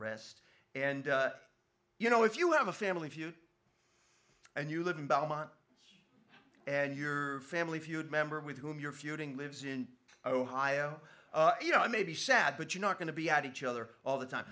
rest and you know if you have a family feud and you live in belmont and your family feud member with whom your feuding lives in ohio you know i may be sad but you're not going to be at each other all the time